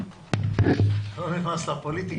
אני לא נכנס לפוליטיקה.